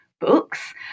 books